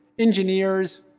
engineers,